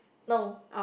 no